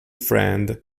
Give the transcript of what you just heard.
friend